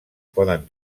poden